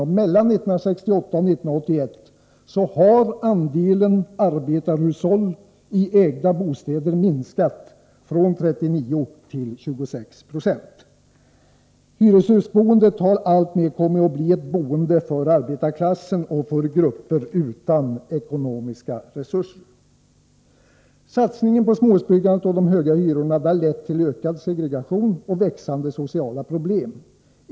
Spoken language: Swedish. Mellan 1968 och 1981 har andelen arbetarhushåll i ägda bostäder minskat från 39 till 26 20. Hyreshusboendet har alltmer kommit att bli ett boende för arbetsklassen och för grupper utan ekonomiska resurser. Satsningen på småhusbyggande och de höga hyrorna har lett till ökad segregation och växande sociala problem.